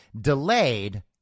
delayed